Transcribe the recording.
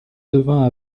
devint